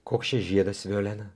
koks čia žiedas violena